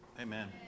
Amen